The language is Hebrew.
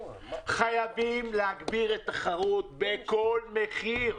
חייבים להגביר את התחרות בכל מחיר.